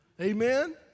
Amen